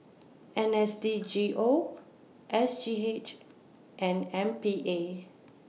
N S D G O S G H and M P A